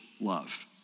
love